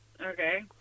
Okay